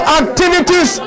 activities